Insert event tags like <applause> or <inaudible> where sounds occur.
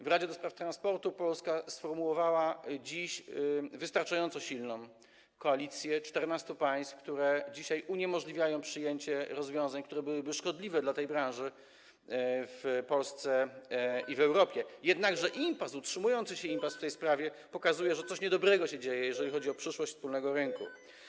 W radzie ds. transportu Polska utworzyła wystarczająco silną koalicję 14 państw, które dzisiaj uniemożliwiają przyjęcie rozwiązań, które byłyby szkodliwe dla tej branży w Polsce i <noise> w Europie, jednakże utrzymujący się impas w tej sprawie pokazuje, że dzieje się coś niedobrego, jeżeli chodzi o przyszłość wspólnego rynku.